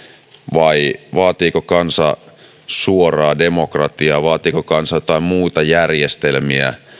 vai vaatiiko kansa suoraa demokratiaa vaatiiko kansa jotain muita järjestelmiä